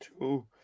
two